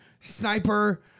Sniper